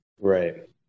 Right